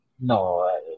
No